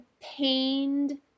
pained